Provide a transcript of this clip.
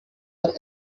are